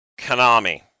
Konami